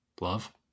Love